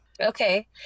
okay